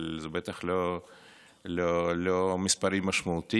אבל אלה בטח לא מספרים משמעותיים,